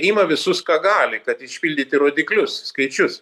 ima visus ką gali kad išpildyti rodiklius skaičius